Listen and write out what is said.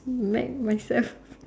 smack myself